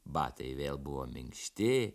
batai vėl buvo minkšti